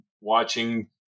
watching